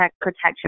Protection